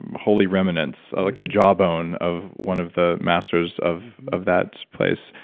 holy remnants, like a jawbone of one of the masters of of that place,